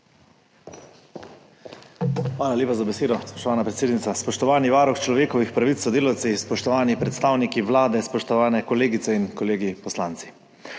Hvala lepa za besedo, spoštovana predsednica. Spoštovani varuh človekovih pravic s sodelavci, spoštovani predstavniki Vlade, spoštovane kolegice in kolegi poslanci!